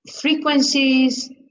frequencies